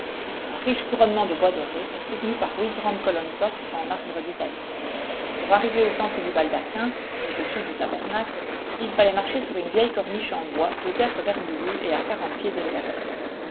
un riche couronnement de bois doré est soutenu par huit grandes colonnes torses en marbre d'italie mais pour arriver au centre du baldaquin au-dessus du tabernacle il fallait marcher sur une vieille corniche en bois peut-être vermoulue et à quarante pieds d'élévation